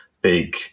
big